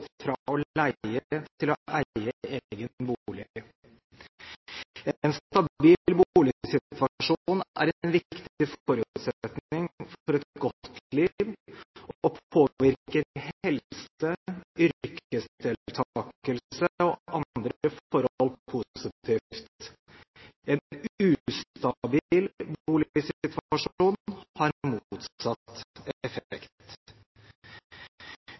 fra å leie til å eie egen bolig. En stabil boligsituasjon er en viktig forutsetning for et godt liv og påvirker helse, yrkesdeltakelse og andre forhold positivt. En ustabil boligsituasjon har motsatt effekt. Utgangspunktet for forslaget er en modell fra Fræna kommune som i korte trekk har